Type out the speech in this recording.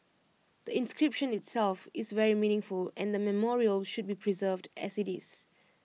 the inscription itself is very meaningful and the memorial should be preserved as IT is